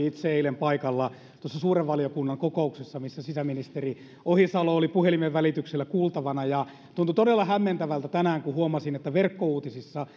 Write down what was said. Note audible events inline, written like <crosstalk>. <unintelligible> itse eilen paikalla tuossa suuren valiokunnan kokouksessa missä sisäministeri ohisalo oli puhelimen välityksellä kuultavana ja tuntui todella hämmentävältä kun tänään huomasin että verkkouutisissa <unintelligible>